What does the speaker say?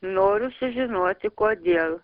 noriu sužinoti kodėl